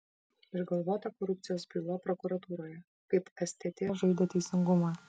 išgalvota korupcijos byla prokuratūroje kaip stt žaidė teisingumą